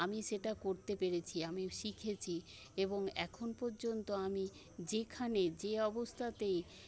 আমি সেটা করতে পেরেছি আমি শিখেছি এবং এখন পর্যন্ত আমি যেখানে যে অবস্থাতেই